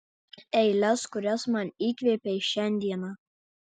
eiles kurias man įkvėpei šiandieną